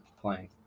playing